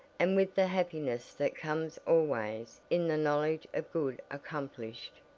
and with the happiness that comes always in the knowledge of good accomplished,